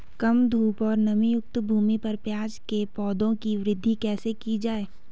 कम धूप और नमीयुक्त भूमि पर प्याज़ के पौधों की वृद्धि कैसे की जाए?